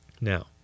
Now